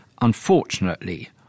Unfortunately